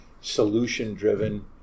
solution-driven